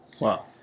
Wow